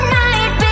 night